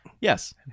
Yes